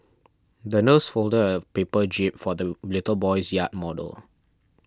the nurse folded a paper jib for the little boy's yacht model